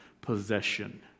possession